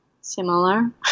similar